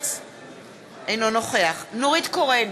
אינו נוכח נורית קורן,